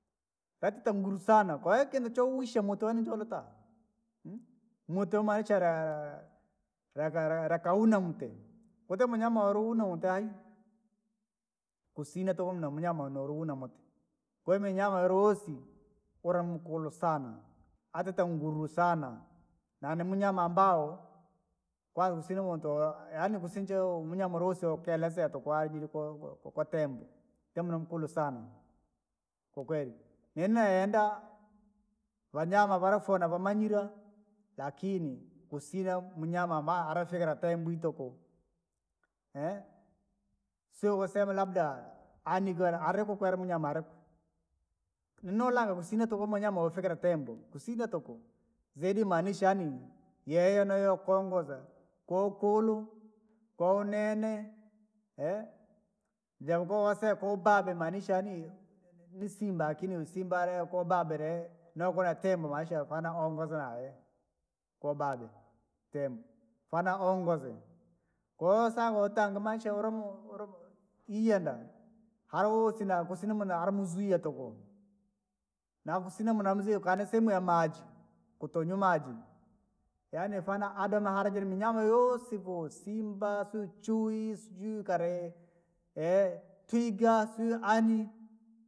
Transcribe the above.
Katika nguru sana kwaikindu chouwisha motoni ntovika, moto maisha raa- raka raa- rakaune mte, kuti munyama walu une ntai. Kusina tuku namnyama noulugu na mute, kwahiyo imunyama roosi, ula mkulu sana, atita mguru sana, na nimunyama ambao, kwanza kusina umuntu wa- yaani kusinjeo munyama ulusa ukaelezea tuku kwajili ko- ko- kokwatembo, tembo nunkulu sana, kwakweli, nini nayenda, vanyama wala foo navamanyire. Lakini kusina munyama ambae arafikira tembo ituku, sio kusema labda ani kwera alikukwela munyama aliku, ninolanga kusina tuku munyama afikira tembo, kusina tuku zilimanisha yaani, yeye nayo kongoza, koukulu, konene, japokuwa kuseye kubado umaanisha yaani ni- ni- nisimba lakini wi simba alele koo bado lee. Na ukula tembo maisha yofana ongozala eehe, koo bado tembo, fana ongoze, koo saa voutanga maisha youlumo ulumo iyenda, hala wosi na kusina na muna hara muzia tuku. Na kusina muna muzee ukana sehemu ya maji, kutonyumaji, yaani fana hadema hara jiriminyama yoosi ku simba, siu chui sijui kali, kigasi yaani.